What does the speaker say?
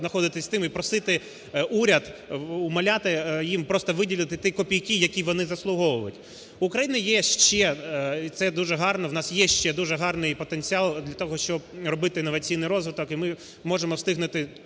находитися з тим і просити уряд, умовляти їм просто виділити ті копійки, які вони заслуговують. В України є ще дуже гарний потенціал для того, щоб робити інноваційний розвиток, і ми можемо встигнути,